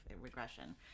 regression